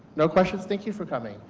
no questions? thank you for coming.